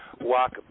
walk